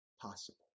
possible